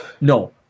no